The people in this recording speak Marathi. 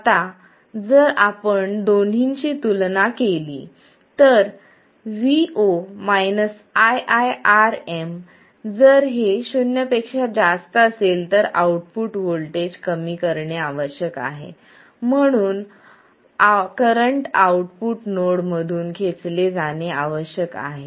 आता जर आपण या दोन्हींची तुलना केली तर vo iiRm जर हे शून्य पेक्षा जास्त असेल तर आउटपुट व्होल्टेज कमी करणे आवश्यक आहे म्हणून करंट आउटपुट नोड मधून खेचले जाणे आवश्यक आहे